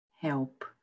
help